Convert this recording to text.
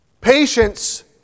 Patience